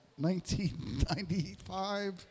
1995